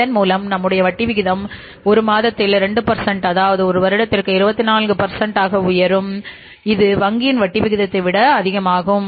இதன் மூலம் நம்முடைய வட்டி விகிதம் ஒரு மாதத்தில் 2 அதாவது ஒரு வருடத்திற்கு 24 ஆக உயரும் இது வங்கியின் வட்டி விகிதத்தை விட அதிகமாகும்